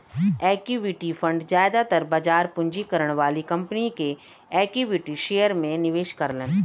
equity fund जादातर बाजार पूंजीकरण वाली कंपनी के इक्विटी शेयर में निवेश करलन